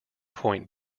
point